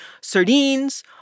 Sardines